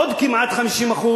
עוד כמעט 50%